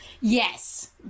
yes